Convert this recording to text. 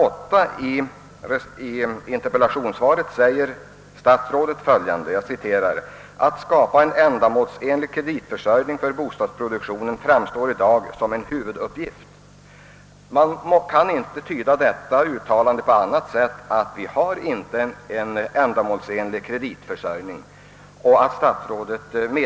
Mot slutet av interpellationssvaret säger statsrådet följande: »Att skapa en ändamålsenlig kreditförsörjning för bostadsproduktionen framstår i dag som en huvuduppgift.» Man kan inte tyda detta uttalande på annat sätt än att statsrådet medger att vi inte har en ändamålsenlig kapitalförsörjning.